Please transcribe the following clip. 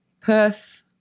Perth